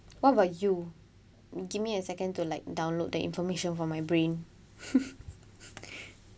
what about you give me a second to like download the information from my brain